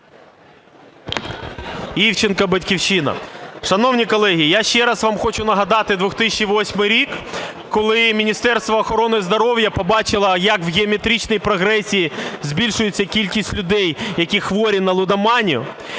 Івченко, "Батьківщина". Шановні колеги, я ще раз вам хочу нагадати 2008 рік, коли Міністерство охорони здоров'я побачило, як в геометричній прогресії збільшується кількість людей, які хворі на лудоманію.